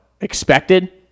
expected